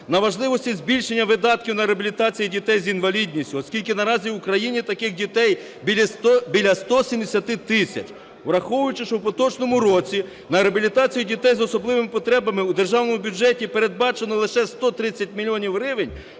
на важливості збільшення видатків на реабілітацію дітей з інвалідністю, оскільки наразі в Україні таких дітей біля 170 тисяч. Враховуючи, що в поточному році на реабілітацію дітей з особливим потребами у державному бюджеті передбачено лише 130 мільйонів